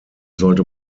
sollte